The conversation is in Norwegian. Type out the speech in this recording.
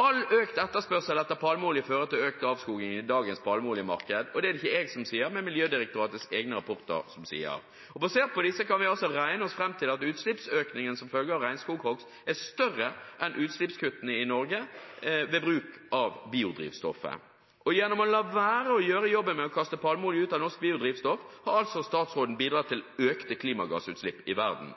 All økt etterspørsel etter palmeolje fører til økt avskoging i dagens palmeoljemarked, og det er det ikke jeg, men Miljødirektoratets egne rapporter som sier. Basert på disse kan vi regne oss fram til at utslippsøkningen som følge av regnskoghogst er større enn utslippskuttene i Norge ved bruk av biodrivstoffet. Gjennom å la være å gjøre jobben med å kaste palmeolje ut av norsk biodrivstoff har altså statsråden bidratt til økte klimagassutslipp i verden.